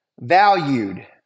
valued